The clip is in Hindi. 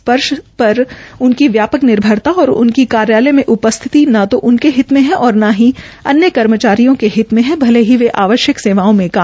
स्पर्श पर उनकी व्यापक निर्भरता और उनकी कार्यालय में उपस्थिति न तो उनके हित में है और न ही अन्य कर्मचारियों के हित मे भले ही वे आवश्यक सेवाओं में काम कर रहे हों